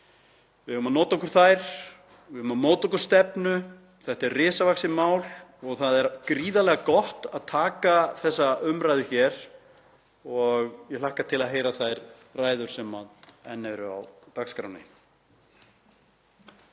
Við eigum að nota okkur þær. Við eigum að móta okkur stefnu. Þetta er risavaxið mál og það er gríðarlega gott að taka þessa umræðu hér og ég hlakka til að heyra þær ræður sem enn eru á dagskránni.